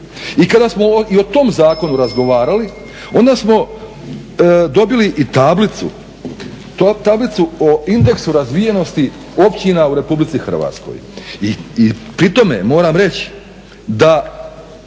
I kada smo i o tom zakonu razgovarali, onda smo dobili i tablicu, tablicu o indeksu razvijenosti općina u Republici Hrvatskoj. I pri tome moram reći da